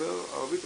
ודובר ערבית,